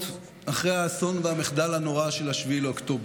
אחרי האסון והמחדל הנורא של 7 לאוקטובר: